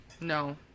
No